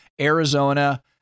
arizona